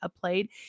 played